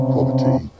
Poverty